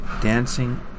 Dancing